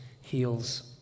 heals